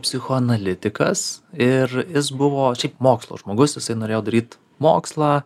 psichoanalitikas ir jis buvo šiaip mokslo žmogus jisai norėjo daryt mokslą